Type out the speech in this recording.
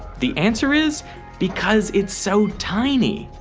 the answer is because it's so tiny.